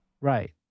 right